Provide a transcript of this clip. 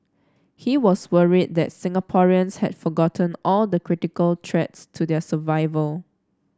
he was worried that Singaporeans had forgotten all the critical threats to their survival